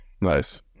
Nice